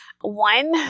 One